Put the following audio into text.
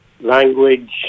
language